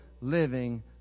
living